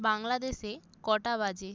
বাংলাদেশে কটা বাজে